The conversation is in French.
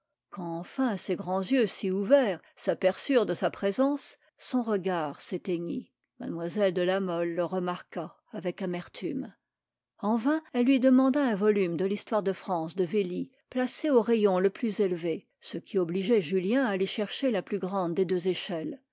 quand enfin ses grands yeux si ouverts s'aperçurent de sa présence son regard s'éteignit mlle de la mole le remarqua avec amertume en vain elle lui demanda un volume de l'histoire de france de velly placé au rayon le plus élevé ce qui obligeait julien à aller chercher la plus grande des deux échelles